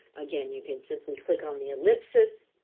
again, you can simply click on the ellipses,